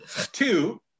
two